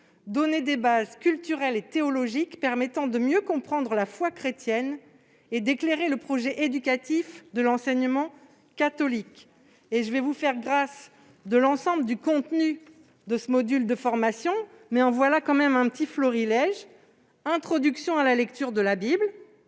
donner des bases culturelles et théologiques permettant de mieux comprendre la foi chrétienne et d'éclairer le projet éducatif de l'enseignement catholique. Je vous ferai grâce de l'ensemble du contenu de ce module, mais voici tout de même un petit florilège :« Introduction à la lecture de la Bible